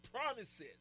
promises